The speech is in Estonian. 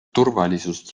turvalisus